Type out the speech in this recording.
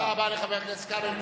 תודה רבה לחבר הכנסת כבל.